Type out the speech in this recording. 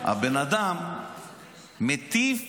הבן-אדם מטיף